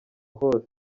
hose